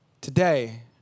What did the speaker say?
today